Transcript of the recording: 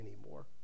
anymore